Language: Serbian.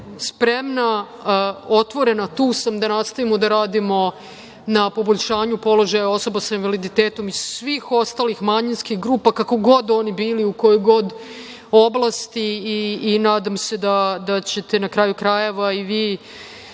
spremna, otvorena, tu sam, da nastavimo da radimo na poboljšanju položaja osoba sa invaliditetom i svih ostalih manjinskih grupa, kako god oni bili, u kojoj god oblasti. Nadam se da ćete, na kraju krajeva, i vi